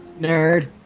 Nerd